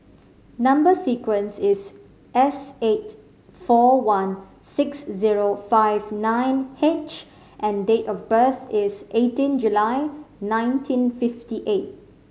number sequence is S eight four one six zero five nine H and date of birth is eighteen July nineteen fifty eight